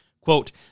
Quote